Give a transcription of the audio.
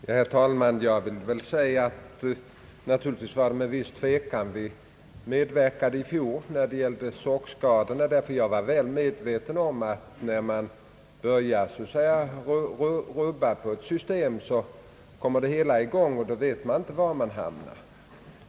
Herr talman! Naturligtvis var det med en viss tvekan vi medverkade i fjol när det gällde sorkskadorna. Jag var väl medveten om att när man börjat rubba på ett system så vet man inte var man hamnar.